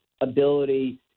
ability